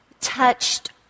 touched